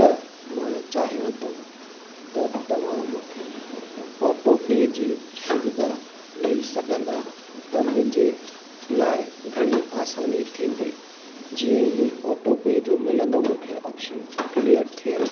त मां चाहियां थो त तव्हां मूंखे ऑटोपे जी सुविधा ॾई सघंदा त मुंहिंजे लाइ घणी आसानी थींदी जीअं ई ऑटोपे जो मिलंदो मूंखे ऑप्शन क्लीअर थियलु